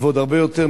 ועוד הרבה יותר,